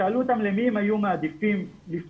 כששאלו אותם למי הם היו מעדיפים לפנות